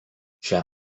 šią